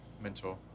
Mentor